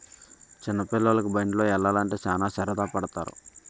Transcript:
చిన్న పిల్లోలికి బండిలో యల్లాలంటే సాన సరదా పడతారు